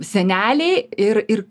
seneliai ir ir